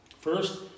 First